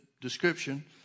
description